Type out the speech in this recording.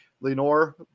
Lenore